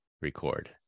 record